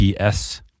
PS